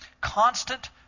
Constant